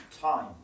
time